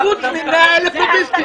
חוץ ממאה אלף לוביסטים.